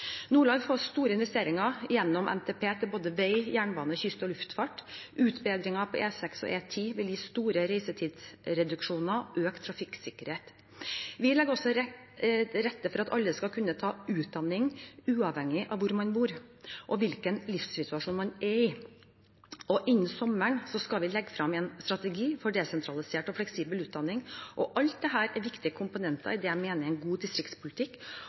Nordland får store investeringer gjennom NTP til både vei, jernbane, kyst og luftfart. Utbedringer på E6 og E10 vil gi store reisetidsreduksjoner og økt trafikksikkerhet. Vi legger også til rette for at alle skal kunne ta utdanning, uavhengig av hvor man bor og hvilken livssituasjon man er i. Innen sommeren skal vi legge frem en strategi for desentralisert og fleksibel utdanning. Alt dette er viktige komponenter i det jeg mener er en god distriktspolitikk